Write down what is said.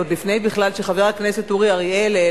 עוד לפני שחבר הכנסת אורי אריאל בכלל